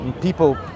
People